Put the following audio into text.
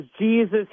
Jesus